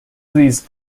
these